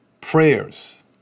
prayers